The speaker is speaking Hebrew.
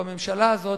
בממשלה הזאת,